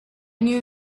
knew